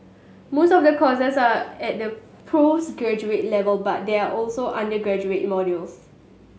most of the courses are at the postgraduate level but there are also undergraduate modules